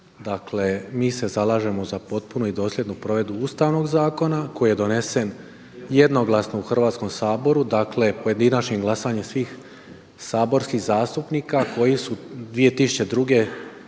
mi se zalažemo za potpunu i dosljednu provedbu Ustavnog zakona koji je donesen jednoglasno u Hrvatskom saboru, dakle pojedinačnim glasanjem svih saborskih zastupnika koji su 2002. dakle